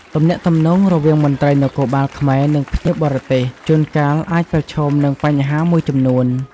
ទំនាក់ទំនងរវាងមន្ត្រីនគរបាលខ្មែរ និងភ្ញៀវបរទេស ជួនកាលអាចប្រឈមនឹងបញ្ហាមួយចំនួន។